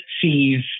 sees